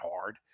hard